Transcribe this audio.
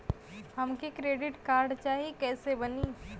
हमके credit card चाही कैसे बनी?